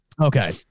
Okay